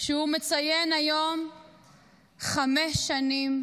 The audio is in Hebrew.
שהוא מציין היום חמש שנים